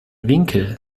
winkel